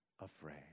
afraid